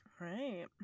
Right